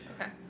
Okay